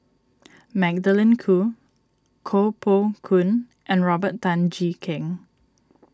Magdalene Khoo Koh Poh Koon and Robert Tan Jee Keng